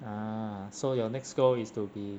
ah so your next goal is to be